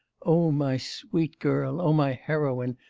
o my sweet girl, o my heroine,